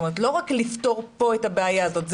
זאת אומרת לא רק לפתור פה את הבעיה הזאת,